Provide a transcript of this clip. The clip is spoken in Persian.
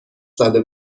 زده